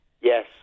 Yes